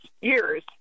years